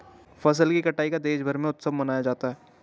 फसलों की कटाई का देशभर में उत्सव मनाया जाता है